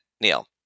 Neil